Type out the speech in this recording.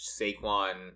Saquon